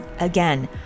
again